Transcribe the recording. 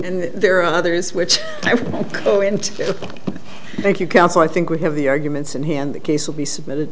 and there are others which go into thank you counsel i think we have the arguments in hand the case will be submitted